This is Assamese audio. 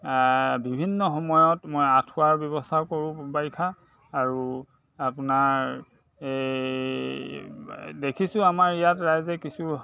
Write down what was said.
বিভিন্ন সময়ত মই আঁঠুৱাৰ ব্যৱস্থাও কৰোঁ বাৰিষা আৰু আপোনাৰ দেখিছোঁ আমাৰ ইয়াত ৰাইজে কিছু